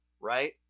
Right